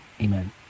Amen